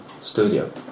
studio